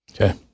Okay